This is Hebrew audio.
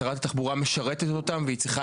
שרת התחבורה משרתת אותם והיא צריכה